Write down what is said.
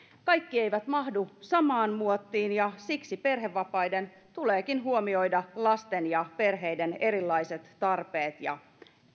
kaikki eivät mahdu samaan muottiin ja siksi perhevapaiden tuleekin huomioida lasten ja perheiden erilaiset tarpeet ja